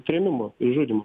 trėmimo ir žudymo